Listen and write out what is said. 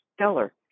stellar